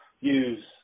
use